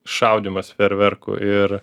šaudymas fejerverkų ir